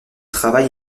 travail